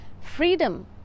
freedom